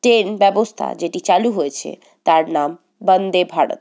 train ব্যবস্থা যেটি চালু হয়েছে তার নাম বন্দে ভারত